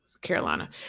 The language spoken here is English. Carolina